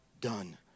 done